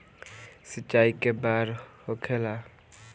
सिंचाई के बार होखेला?